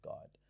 God